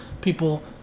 people